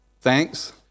Thanks